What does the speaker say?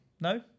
No